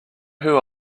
who